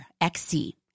XC